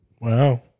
Wow